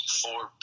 four